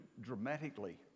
dramatically